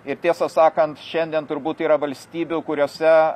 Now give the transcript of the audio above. ir tiesą sakant šiandien turbūt yra valstybių kuriose